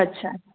अच्छा